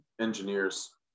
engineers